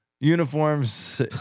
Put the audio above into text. Uniforms